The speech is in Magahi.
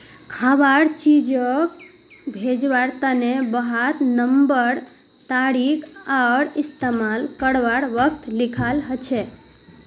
खवार चीजोग भेज्वार तने वहात बनवार तारीख आर इस्तेमाल कारवार वक़्त लिखाल होचे